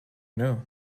know